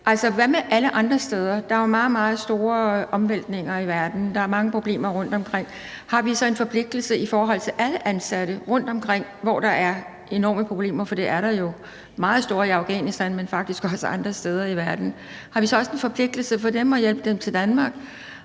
hvad med alle andre steder? Der er jo meget, meget store omvæltninger i verden. Der er mange problemer rundtomkring. Har vi så en forpligtelse i forhold til alle ansatte rundtomkring, hvor der er enorme problemer, for det er der jo – de er meget store i Afghanistan, men faktisk også andre steder i verden? Har vi så også en forpligtelse over for dem i forhold til at hjælpe dem til Danmark?